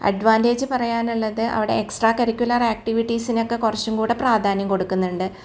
advantage പറയാനുള്ളത് അവിടെ extra curricular ആക്റ്റിവിറ്റീസിനൊക്കെ കുറച്ചും കൂടെ പ്രാധാന്യം കൊടുക്കുന്നുണ്ട്